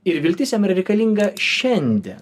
ir viltis jam yra reikalinga šiande